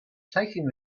taking